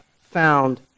found